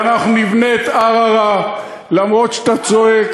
ואנחנו נבנה את ערערה אף-על-פי שאתה צועק,